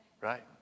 right